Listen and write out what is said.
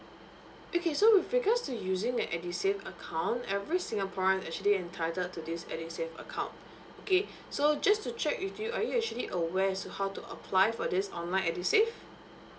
okay so with regards to using an edusave account every singaporean actually entitled to this at you save account okay so just to check with you are you actually aware as to how to apply for this online edusave